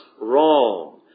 wrong